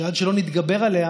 שעד שלא נתגבר עליה,